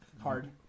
hard